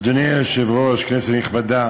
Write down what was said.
אדוני היושב-ראש, כנסת נכבדה,